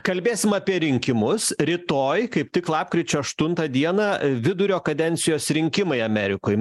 kalbėsim apie rinkimus rytoj kaip tik lapkričio aštuntą dieną vidurio kadencijos rinkimai amerikoj